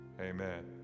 Amen